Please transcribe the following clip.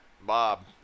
Bob